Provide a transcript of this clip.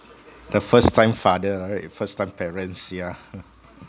the first time father right first time parents yeah